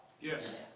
Yes